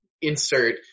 insert